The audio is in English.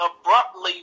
abruptly